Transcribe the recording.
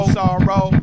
sorrow